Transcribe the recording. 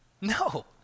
No